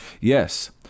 Yes